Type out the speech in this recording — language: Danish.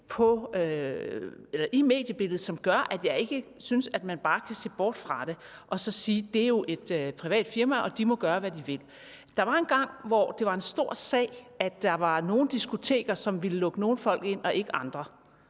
i mediebilledet, som gør, at jeg ikke synes, at man bare kan se bort fra det og så sige, at det jo er et privat firma, og at de må gøre, hvad de vil. Der var engang, hvor det var en stor sag, at der var nogle diskoteker, som ville lukke nogle folk ind, men ikke andre.